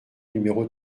numéro